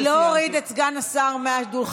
אני לא אוריד את סגן השר מהדוכן,